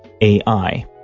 ai